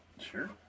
Sure